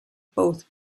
both